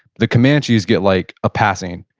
the comanches get like a passing,